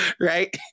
right